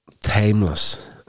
timeless